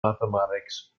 mathematics